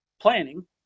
planning